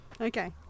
Okay